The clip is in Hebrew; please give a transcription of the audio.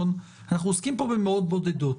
אנחנו עוסקים פה במאות בודדות